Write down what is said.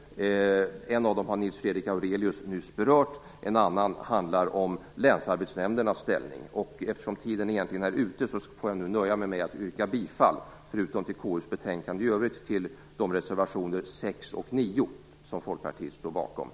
En av dem har Nils Fredrik Aurelius nyss berört. En annan handlar om länsarbetsnämndernas ställning. Eftersom min taletid nu är slut, får jag nu nöja mig med att yrka bifall till reservationerna 6 och 9, som Folkpartiet står bakom, och i övrigt till utskottets hemställan.